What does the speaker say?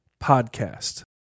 podcast